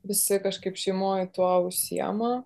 visi kažkaip šeimoj tuo užsiima